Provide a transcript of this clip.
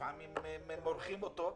לפעמים מורחים אותו,